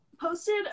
posted